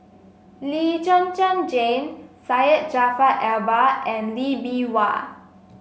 Lee Zhen Zhen Jane Syed Jaafar Albar and Lee Bee Wah